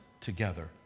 together